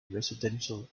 residential